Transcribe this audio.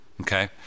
okay